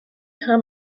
hum